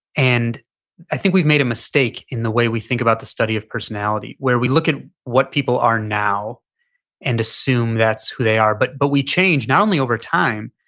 and i think we've made a mistake in the way we think about the study of personality, where we look at what people are now and assume that's who they are. but but we change not only over time,